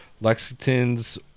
Lexington's